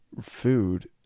food